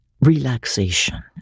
Relaxation